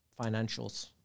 financials